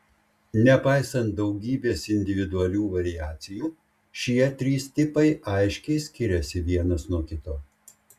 nepaisant daugybės individualių variacijų šie trys tipai aiškiai skiriasi vienas nuo kito